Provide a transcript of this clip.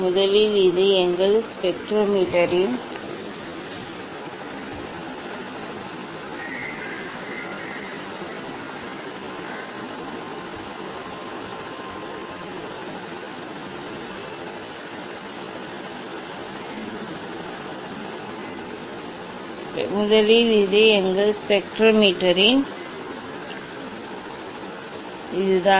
முதலில் இது எங்கள் ஸ்பெக்ட்ரோமீட்டரின் இதுதான்